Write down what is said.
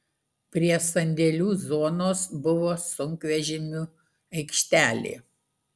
prie sandėlių zonos buvo sunkvežimių aikštelė